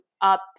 up